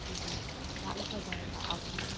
ᱡᱚᱫᱤ ᱫᱟᱜ ᱜᱮ ᱵᱟᱭ ᱫᱟᱜ ᱟᱵᱚᱱᱟ